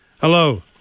Hello